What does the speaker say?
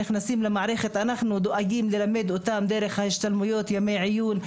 אנחנו דואגים ללמד אותם דרך ההשתלמויות וימי העיון,